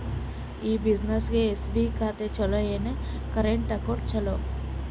ಈ ಬ್ಯುಸಿನೆಸ್ಗೆ ಎಸ್.ಬಿ ಖಾತ ಚಲೋ ಏನು, ಕರೆಂಟ್ ಅಕೌಂಟ್ ಚಲೋ?